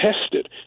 tested